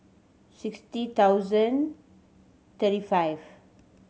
sixty thousand thirty five